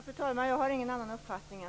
Fru talman! Jag har ingen annan uppfattning än